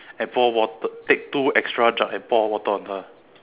and pour water take two extra jug and pour water on her